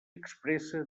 expressa